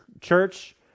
church